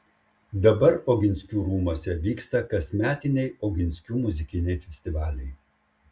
dabar oginskių rūmuose vyksta kasmetiniai oginskių muzikiniai festivaliai